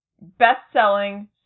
best-selling